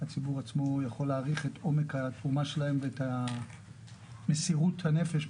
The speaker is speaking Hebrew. הציבור עצמו יכול להעריך את עומק התרומה שלהם ואת מסירות הנפש,